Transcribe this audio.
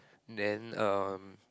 then um